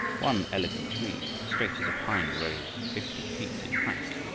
one elegant tree, straight as a pine, rose fifty feet in height,